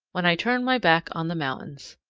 when i turn my back on the mountains.